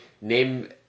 name